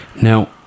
Now